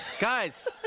Guys